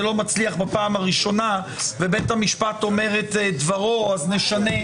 לא מצליח בפעם הראשונה ובית המשפט אומר את דברו אז נשנה,